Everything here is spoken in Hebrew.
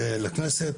לכנסת,